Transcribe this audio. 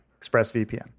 ExpressVPN